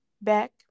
back